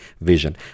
vision